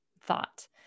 thought